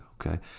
okay